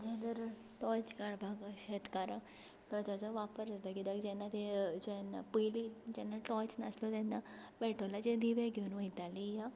torch काडपाकूय शेतकाराक टोर्चाचो वापर जाता कित्याक जेन्ना ते पयलीं जेन्ना टोर्च नासलो तेन्ना पेट्रोलाचे दिवे घेवन वयताली वा